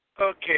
Okay